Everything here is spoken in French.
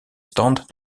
stands